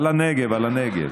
על הנגב, על הנגב.